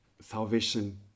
salvation